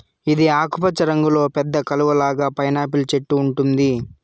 ఇది ఆకుపచ్చ రంగులో పెద్ద కలువ లాగా పైనాపిల్ చెట్టు ఉంటుంది